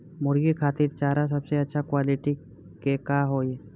मुर्गी खातिर चारा सबसे अच्छा क्वालिटी के का होई?